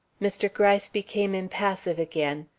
mr. gryce became impassive again.